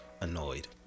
annoyed